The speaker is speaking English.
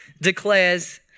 declares